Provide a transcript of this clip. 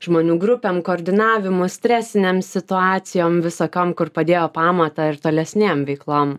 žmonių grupėm koordinavimu stresinėm situacijom visokiom kur padėjo pamatą ir tolesnėm veiklom